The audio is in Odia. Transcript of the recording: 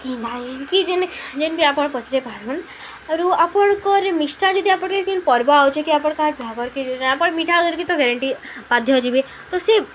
କି ନାହିଁ କି ଯେନ୍ ଯେନ୍କେ ଆପଣ ପଚାରି ପାରିବେ ଆରୁ ଆପଣଙ୍କର ମିଠା ଯଦି ଆପଣଙ୍କ କେ ପର୍ବ ଆଉଛେ କି ଆପଣ କାହା ବାହାଘର କେ ଯାଉଛନ୍ ନାଁ ଆପଣ ମିଠାର ଧରିକିି ତ ଗ୍ୟାରେଣ୍ଟି ବାଧ୍ୟ ଯିବେ ତ ସେ